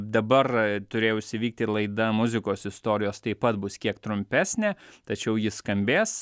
dabar turėjusi vykti ir laida muzikos istorijos taip pat bus kiek trumpesnė tačiau ji skambės